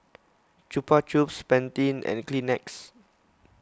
Chupa Chups Pantene and Kleenex